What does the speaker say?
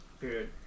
Period